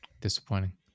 Disappointing